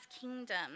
kingdom